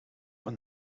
een